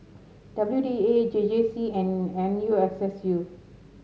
W D A J J C and N U S S U